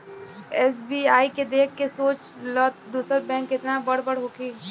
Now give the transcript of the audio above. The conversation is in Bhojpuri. एस.बी.आई के देख के सोच ल दोसर बैंक केतना बड़ बड़ होखी